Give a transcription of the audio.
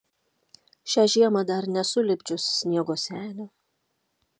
šią žiemą dar nesu lipdžius sniego senio